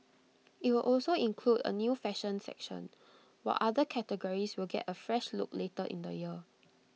IT will also include A new fashion section while other categories will get A fresh look later in the year